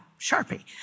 Sharpie